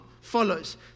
follows